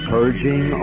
Purging